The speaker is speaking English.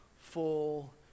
full